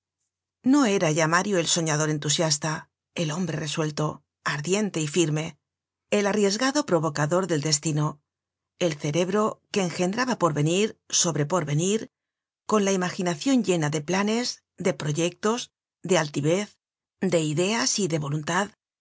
no era ya mario el soñador entusiasta el hombre resuelto ardiente y firme el arriesgado provocador del destino el cerebro que engendraba porvenir sobre porvenir con la imaginacion llena de planes de proyectos de altivez de ideas y de voluntad